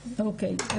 אוקיי,